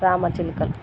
రామచిలుకలు